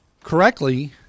correctly